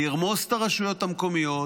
לרמוס את הרשויות המקומיות,